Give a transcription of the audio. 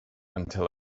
until